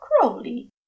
Crowley